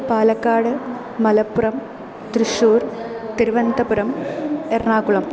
Palakkad Malappuram Thrissur Thiruvananthapuram Ernakulam